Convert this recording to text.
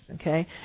okay